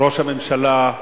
ראש הממשלה,